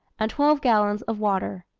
and twelve gallons of water.